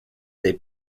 des